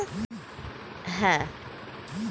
পাটকে ইংরেজিতে জুট বলে, ইটা হচ্ছে একটি ভেজিটেবল ফাইবার